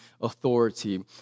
authority